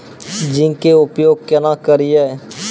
Zinc के उपयोग केना करये?